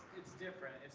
different,